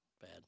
Bad